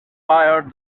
fire